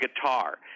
guitar